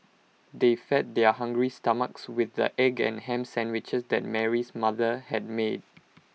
they fed their hungry stomachs with the egg and Ham Sandwiches that Mary's mother had made